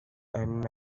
and